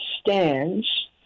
stands